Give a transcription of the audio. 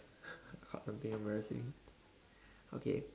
or something embarrassing okay